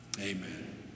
Amen